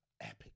epic